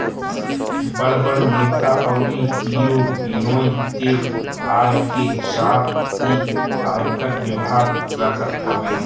बड़ बड़ नेता अउरी हीरो हिरोइन के आय के हिसाब भी आयकर विभाग रखत हवे